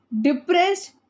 depressed